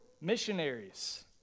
missionaries